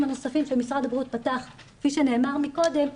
הנוספים שמשרד הבריאות פתח כפי שנאמר קודם,